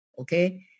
okay